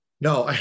No